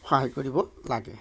সহায় কৰিব লাগে